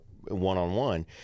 one-on-one